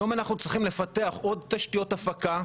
היום אנחנו צריכים לפתח עוד תשתיות הפקה,